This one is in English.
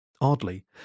Oddly